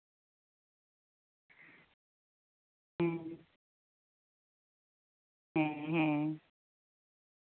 ᱦᱮᱸ ᱦᱮᱸ ᱦᱮᱸ